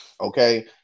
Okay